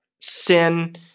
sin